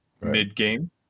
mid-game